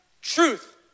truth